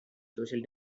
social